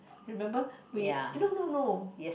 remember we eh no no no